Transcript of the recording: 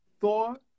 Thor